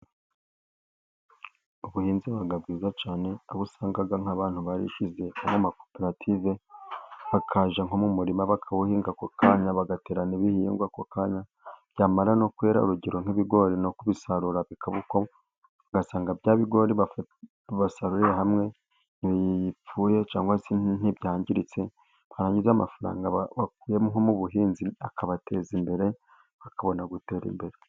Ubuhinzi buba bwiza cyane ,aho usanga nk'abantu barishyize nko mu makoperative bakajya nko mu murima bakawuhinga ako kanya ,bagatera n'ibihingwa ako kanya, byamara no kwera urugero nk'ibigori no kubisarura bikaba uko, ugasanga bya bigori basaruriye hamwe ntibipfuye ,cyangwa se ntibyangiritse, barangiza amafaranga bakuye nko mu buhinzi akabateza imbere bakabona gutera imbere.